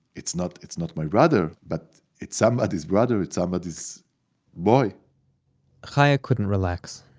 it's not, it's not my brother. but it's somebody's brother, it's somebody's boy chaya couldn't relax.